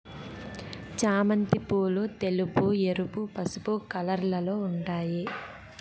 చామంతి పూలు తెలుపు, ఎరుపు, పసుపు కలర్లలో ఉంటాయి